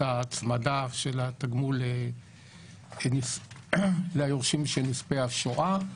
ההצמדה של התגמול ליורשי נספי השואה.